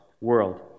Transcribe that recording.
world